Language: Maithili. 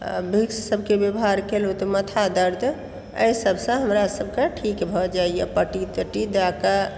भिक्स सबके व्यवहार कएलहुॅं तऽ माथा दर्द एहि सबसँ हमरा सभकेँ ठीक भए जाइया पट्टी तट्टी बाँधिकऽ